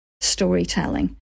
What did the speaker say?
storytelling